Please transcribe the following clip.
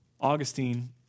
Augustine